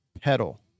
pedal